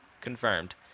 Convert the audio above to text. confirmed